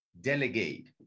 delegate